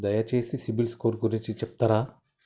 దయచేసి సిబిల్ స్కోర్ గురించి చెప్తరా?